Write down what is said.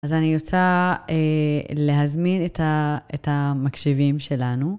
אז אני רוצה להזמין את המקשיבים שלנו...